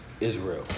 Israel